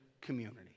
community